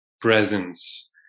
presence